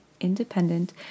independent